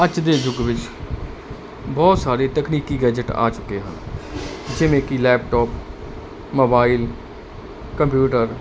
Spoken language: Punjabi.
ਅੱਜ ਦੇ ਯੁਗ ਵਿਚ ਬਹੁਤ ਸਾਰੇ ਤਕਨੀਕੀ ਗੈਜਟ ਆ ਚੁੱਕੇ ਜਿਵੇਂ ਕੀ ਲੈਪਟਾਪ ਮੋਬਾਈਲ ਕੰਪਿਊਟਰ